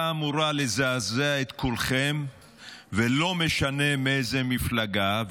הייתה אמורה לזעזע את כולכם ולא משנה מאיזו מפלגה,